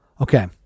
okay